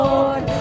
Lord